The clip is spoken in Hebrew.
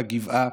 בגבעה,